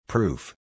Proof